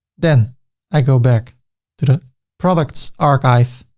then i go back to the products archive